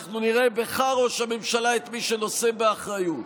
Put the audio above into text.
אנחנו נראה בך, ראש הממשלה, את מי שנושא באחריות.